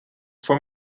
voor